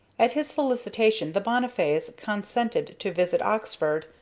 at his solicitation the bonnifays consented to visit oxford,